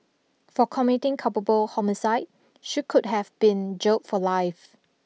for committing culpable homicide she could have been jailed for life